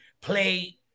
play